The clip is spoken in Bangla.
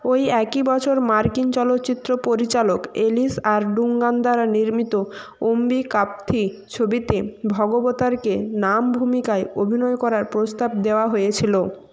ওই একই বছর মার্কিন চলচ্চিত্র পরিচালক এলিস আর ডুঙ্গান দ্বারা নির্মিত অম্বি কাপথী ছবিতে ভগবতারকে নাম ভূমিকায় অভিনয় করার প্রস্তাব দেওয়া হয়েছিলো